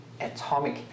atomic